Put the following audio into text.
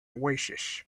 oasis